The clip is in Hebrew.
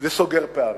זה סוגר פערים,